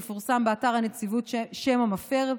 יפורסם באתר הנציבות שם המפר.